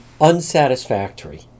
unsatisfactory